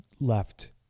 left